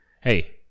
hey